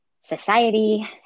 society